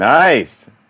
nice